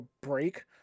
break